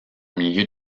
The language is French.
milieu